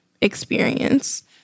experience